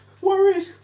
worried